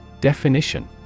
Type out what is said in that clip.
Definition